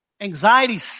Anxiety